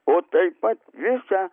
o taip pat visą